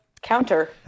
counter